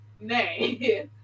nay